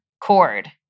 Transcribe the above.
cord